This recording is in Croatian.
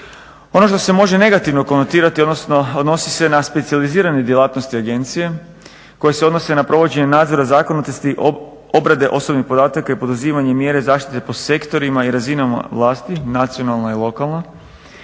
Ono što se može negativno kontirati odnosno odnosi se na specijalizirane djelatnosti agencije koje se odnose na provođenje nadzora zakonitosti obrade osobnih podataka i poduzimanje mjere zaštite po sektorima i razinama vlasti nacionalna i lokalna,